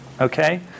okay